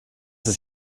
ist